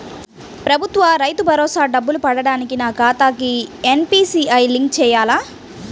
ప్రభుత్వ రైతు భరోసా డబ్బులు పడటానికి నా ఖాతాకి ఎన్.పీ.సి.ఐ లింక్ చేయాలా?